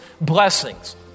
blessings